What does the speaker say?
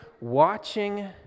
watching